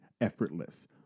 effortless